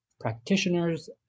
practitioners